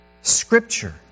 Scripture